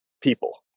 people